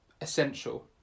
essential